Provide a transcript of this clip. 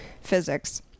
physics